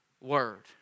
word